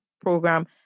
program